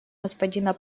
господина